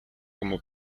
como